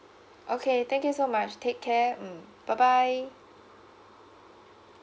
okay thank you so much take care mm bye bye